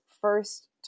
first